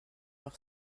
par